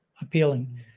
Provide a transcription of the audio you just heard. appealing